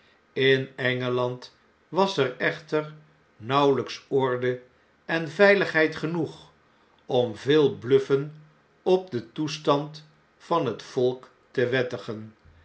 in engeland was er echter nauwelps orde en veiligheid genoeg om veel bluffen op den toestand van het volk te wettigen